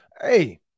Hey